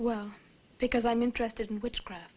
well because i'm interested in witchcraft